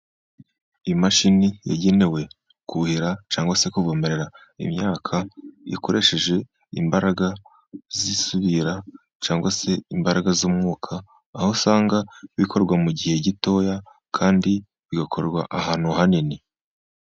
Imashini yagenewe kuhira cyangwa se kuvomerera imyaka, ikoresheje imbaraga z'isubira cyangwa se imbaraga z'umwuka, aho usanga bikorwa mu gihe gitoya kandi bigakorwa ahantu hanini.